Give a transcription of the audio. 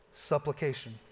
Supplication